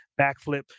backflip